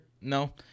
No